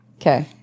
okay